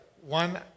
one